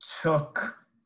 took